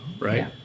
right